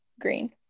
green